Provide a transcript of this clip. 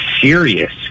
serious